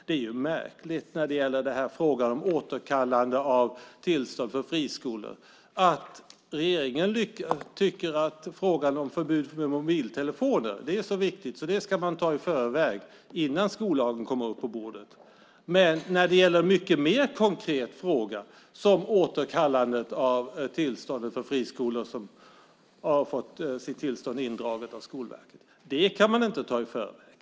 Det är märkligt när det gäller frågan om återkallande av tillstånd för friskolor. Regeringen tycker att frågan om förbud för mobiltelefoner är så viktig att den ska tas i förväg, innan skollagen kommer upp på bordet. Men när det gäller den mycket mer konkreta frågan om återkallande av tillstånd för friskolor som fått sitt tillstånd indraget av Skolverket kan man inte ta den i förväg.